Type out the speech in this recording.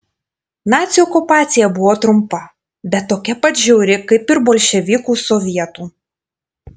nacių okupacija buvo trumpa bet tokia pat žiauri kaip ir bolševikų sovietų